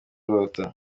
urota